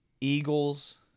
Eagles